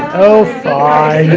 oh fine.